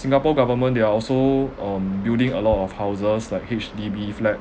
singapore government they are also um building a lot of houses like H_D_B flats